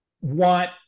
want